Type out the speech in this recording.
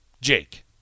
Jake